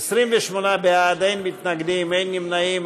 28 בעד, אין מתנגדים, אין נמנעים.